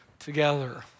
together